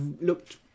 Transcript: looked